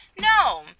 No